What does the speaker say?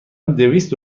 دویست